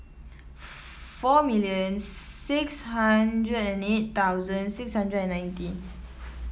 four million six hundred and eight thousand six hundred and ninety